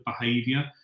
behavior